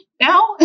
Now